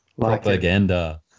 propaganda